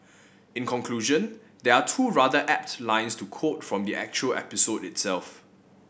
in conclusion there are two rather apt lines to quote from the actual episode itself